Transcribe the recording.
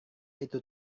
itu